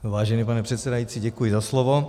Vážený pane předsedající, děkuji za slovo.